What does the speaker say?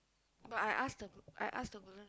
but I ask the group I ask the group